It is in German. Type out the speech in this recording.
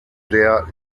der